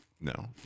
No